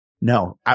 No